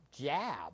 jab